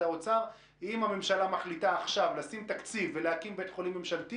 האוצר שאם הממשלה מחליטה לשים עכשיו תקציב ולהקים בית חולים ממשלתי